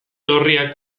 gorriak